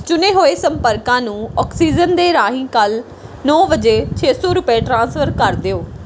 ਚੁਣੇ ਹੋਏ ਸੰਪਰਕਾਂ ਨੂੰ ਆਕਸੀਜ਼ਨ ਦੇ ਰਾਹੀਂ ਕੱਲ੍ਹ ਨੌਂ ਵਜੇ ਛੇ ਸੌ ਰੁਪਏ ਟ੍ਰਾਂਸਫਰ ਕਰ ਦਿਓ